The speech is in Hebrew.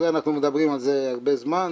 אנחנו מדברים על זה הרבה זמן,